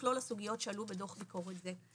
ולמכלול הסוגיות שעלו בדו"ח ביקורת זה".